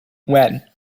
when